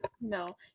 No